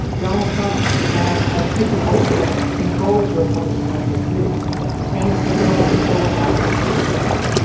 donald trump and has taken over control of the republican national committee and he's taken over control of lots of state parties.